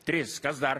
tris kas dar